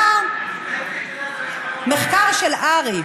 היה מחקר של הר"י,